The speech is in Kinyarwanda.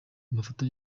amafoto